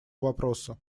вопроса